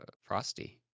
frosty